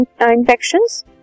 infections